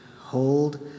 hold